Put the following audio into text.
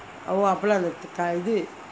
oh அப்பலாம் இது:appalaam ithu